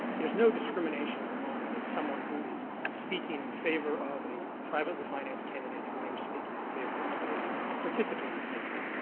there's no discrimination among someone who is speaking in favor of a privately financed candidate and one who is speaking in favor of a participating candidate.